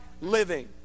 living